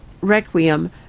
Requiem